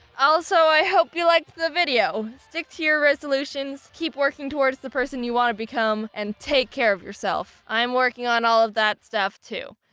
also i hope you liked the video. stick to your resolutions, keep working towards the person you want to become, and take care of yourself. i'm working on all of that stuff too.